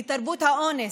תרבות האונס,